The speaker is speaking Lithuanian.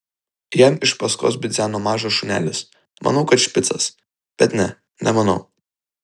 jam iš paskos bidzeno mažas šunelis manau kad špicas bet ne nemanau